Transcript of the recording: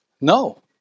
No